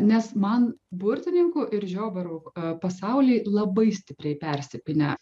nes man burtininkų ir žiobarų pasauliai labai stipriai persipynę